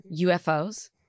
UFOs